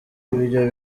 ibyo